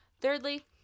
Thirdly